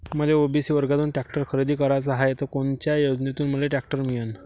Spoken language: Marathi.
मले ओ.बी.सी वर्गातून टॅक्टर खरेदी कराचा हाये त कोनच्या योजनेतून मले टॅक्टर मिळन?